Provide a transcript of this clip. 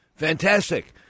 Fantastic